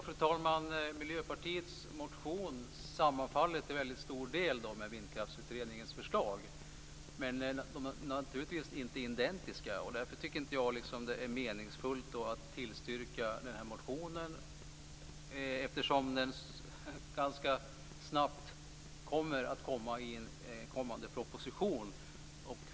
Fru talman! Miljöpartiets motion sammanfaller till stor del med Vindkraftutredningens förslag, men de är naturligtvis inte identiska. Jag tycker därför inte att det är meningsfullt att tillstyrka motionen eftersom den ganska snabbt kommer i en kommande proposition.